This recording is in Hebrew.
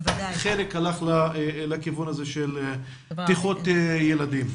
חלק הלך לכיוון הזה של בטיחות ילדים.